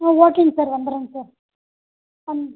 ஆ ஓகேங்க சார் வந்தவிடுறேங்க சார் ம்